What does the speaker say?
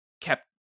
kept